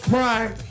Prime